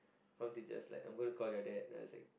form teacher was like I'm going to call your dad and I was like